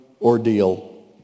ordeal